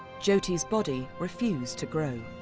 jyoti's body refused to grow.